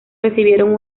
recibieron